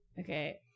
Okay